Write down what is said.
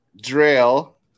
drill